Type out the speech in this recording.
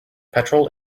petrol